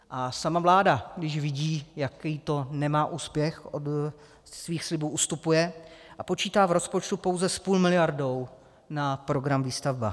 A sama vláda, když vidí, jaký to nemá úspěch, od svých slibů ustupuje a počítá v rozpočtu pouze s půlmiliardou na program Výstavba.